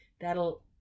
that'll